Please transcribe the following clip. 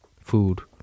food